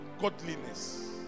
godliness